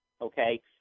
Okay